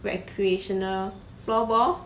recreational floorball